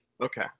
Okay